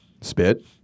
Spit